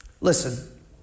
Listen